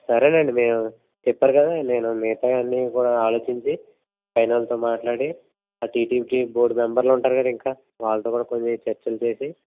సరే అండి మీరు చెప్పారు కదా నేను మిగతావన్నీ కూడా ఆలోచించి నేను పైన వాళ్ళతో మాట్లాడి ఆ టీటీడీ బోర్డు మెంబర్లు ఉంటారు కదా అండి వాళ్ళతో కూడా కొద్దిగా చర్చలు చేసి